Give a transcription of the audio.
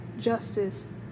justice